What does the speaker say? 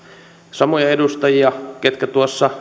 samoja edustajia ketkä